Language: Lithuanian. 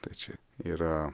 tai čia yra